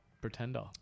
Pretender